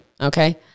okay